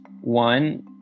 One